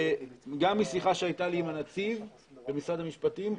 גם משיחה שהייתה לי עם הנציב במשרד המשפטים,